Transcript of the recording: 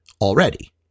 already